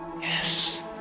Yes